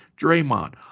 Draymond